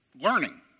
learning